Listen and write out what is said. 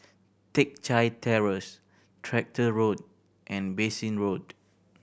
Teck Chye Terrace Tractor Road and Bassein Road